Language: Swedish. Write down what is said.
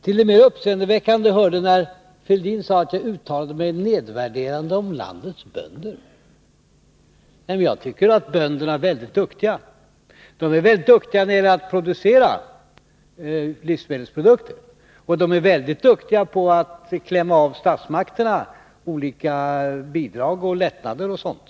Till det mer uppseendeväckande hörde att Thorbjörn Fälldin sade att jag uttalat mig nedvärderande om landets bönder. Jag tycker att bönderna är väldigt duktiga. De är väldigt duktiga när det gäller att producera livsmedelsprodukter. De är väldigt duktiga på att klämma av statsmakterna olika bidrag, lättnader och sådant.